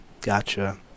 Gotcha